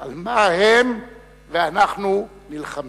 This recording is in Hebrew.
על מה הם ואנחנו נלחמים.